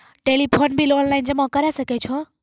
Telephone bill online जमा करै सकै छौ?